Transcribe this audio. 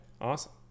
Awesome